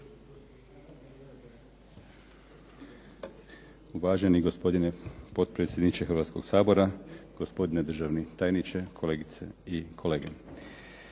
Uvaženi gospodine potpredsjedniče Hrvatskoga sabora, gospodine državni tajniče, kolegice i kolege.